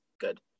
good